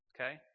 okay